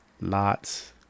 Lot's